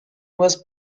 was